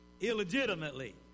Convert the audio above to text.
illegitimately